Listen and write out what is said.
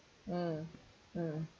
mm mm